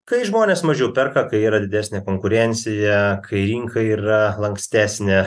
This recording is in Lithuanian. kai žmonės mažiau perka kai yra didesnė konkurencija kai rinka yra lankstesnė